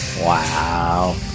Wow